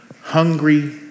hungry